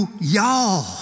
y'all